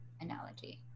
analogy